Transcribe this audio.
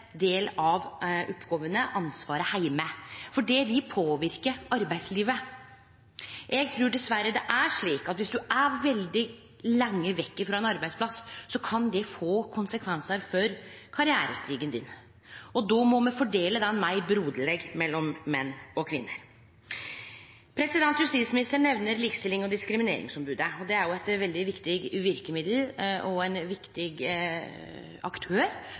del av oppgåvene, ansvaret, heime. Det vil påverke arbeidslivet. Eg trur dessverre det er slik at dersom ein er veldig lenge vekk frå ein arbeidsplass, kan det få konsekvensar for karrierestigen. Då må me fordele dette meir broderleg mellom menn og kvinner. Justisministeren nemner Likestillings- og diskrimineringsombodet. Det er eit veldig viktig verkemiddel og ein viktig aktør